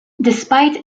despite